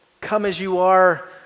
come-as-you-are